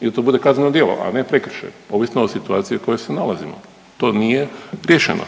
i da to bude kazneno djelo, a ne prekršaj. Ovisno o situaciji u kojoj se nalazimo. To nije riješeno.